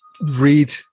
read